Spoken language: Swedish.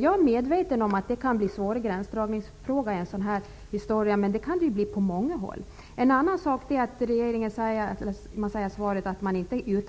Jag är medveten om att det i ett sådant här sammanhang kan uppstå svåra gränsdragningsfrågor, men så kan det bli på många håll. Statsrådet anför i svaret vidare att förändringar inte kan göras